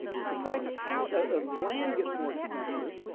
if the price of how ah land gets more expensive.